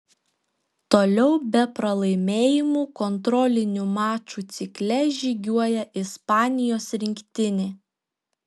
toliau be pralaimėjimų kontrolinių mačų cikle žygiuoja ispanijos rinktinė